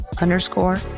underscore